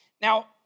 Now